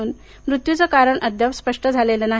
या मृत्यूचे कारण अद्याप स्पष्ट झालेले नाही